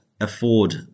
afford